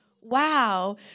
wow